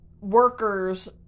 workers